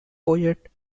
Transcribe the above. poet